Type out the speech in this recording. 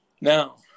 now